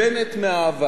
לא השלמתי עם זה.